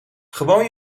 gewoon